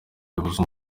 ribuza